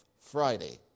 Friday